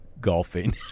golfing